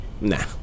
Nah